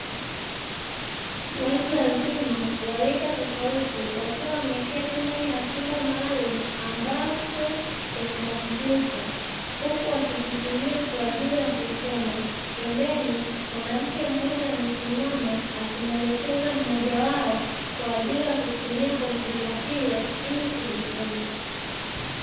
Watu wazima wa rika tofauti, wakiwa wameketi ndani ya chumba maalumu ambacho kina kompyuta, huku wakizitumia kwa ajili ya kusoma, pembeni mwanamke mmoja amesimama, akimwelekeza mmoja wao kwa ajili ya kutumia kompyuta hiyo ili kujifunza.